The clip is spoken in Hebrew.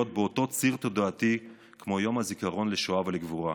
באותו ציר תודעתי כמו יום הזיכרון לשואה ולגבורה.